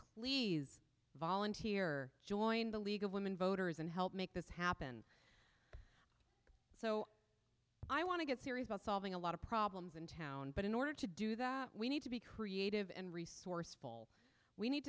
please volunteer join the league of women voters and help make this happen so i want to get serious about solving a lot of problems in town but in order to do that we need to be creative and resourceful we need